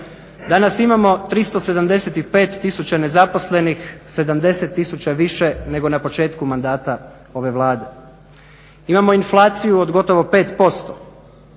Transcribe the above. Danas imamo 375 tisuća nezaposlenih, 70 tisuća više nego na početku mandata ove Vlade, imamo inflaciju od gotovo 5%,